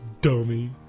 Dummy